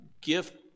gift